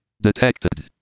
detected